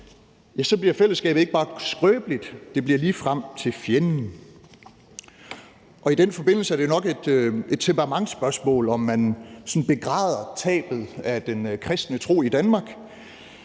ansvar bliver fællesskabet ikke bare skrøbeligt, det bliver ligefrem til fjenden. Kl. 14:52 I den forbindelse er det nok et temperamentsspørgsmål, om man sådan begræder tabet af den kristne tro i Danmark,